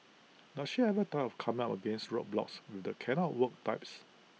does she ever tire of coming up against roadblocks with the cannot work types